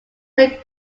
then